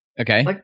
Okay